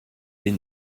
les